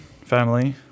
family